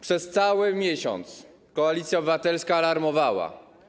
Przez cały miesiąc Koalicja Obywatelska alarmowała.